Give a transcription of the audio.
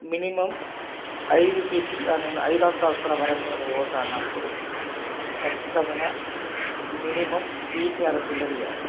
minimum ఐదు ఫీట్లు అనిన ఐదంతస్తుల వరకు నేను పోతా అన్నప్పుడు ఖచ్చితంగా మినిమమ్ ఫీట్న్నర పిల్లరు తీయాలి